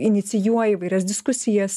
inicijuoja įvairias diskusijas